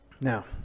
Now